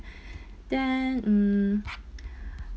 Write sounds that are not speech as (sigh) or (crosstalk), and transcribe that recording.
(breath) then mm (breath)